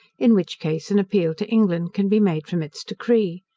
in which case an appeal to england can be made from its decree.